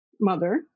mother